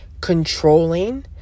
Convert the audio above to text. controlling